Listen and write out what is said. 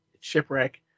shipwreck